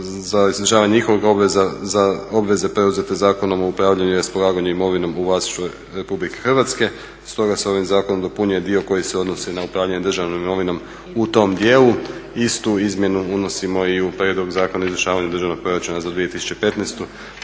za izvršavanje njihovih obveza, za obveze preuzete Zakonom o upravljanju i raspolaganju imovinom u vlasništvu Republike Hrvatske, stoga se ovim zakonom dopunjuje dio koji se odnosi na upravljanje državnom imovinom u tom dijelu. Istu izmjenu unosimo i u Prijedlog zakona o izvršavanju državnog proračuna za 2015.